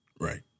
Right